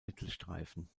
mittelstreifen